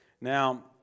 Now